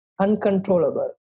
uncontrollable